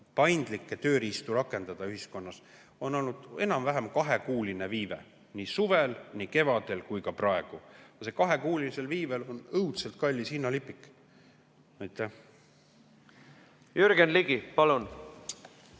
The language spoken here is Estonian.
paindlikke tööriistu rakendada on [ellu viidud] enam-vähem kahekuulise viibega, nii suvel ja kevadel kui ka praegu. Sel kahekuulisel viibel on olnud õudselt kallis hinnalipik. Jürgen Ligi, palun!